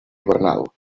hivernal